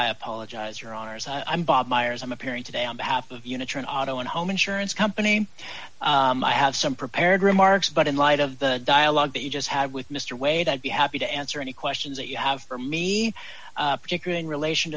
i apologize your honour's i'm bob myers i'm appearing today on behalf of uniter an auto and home insurance company i have some prepared remarks but in light of the dialogue that you just had with mr wade i'd be happy to answer any questions that you have for me particularly in relation